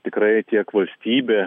tikrai tiek valstybė